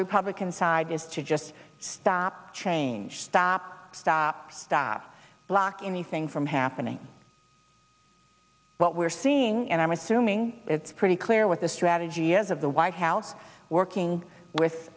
republican side is to just stop change stop stop stop blocking anything from happening what we're seeing and i'm assuming it's pretty clear what the strategy is of the white house working with